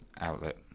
outlet